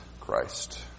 Christ